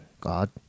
God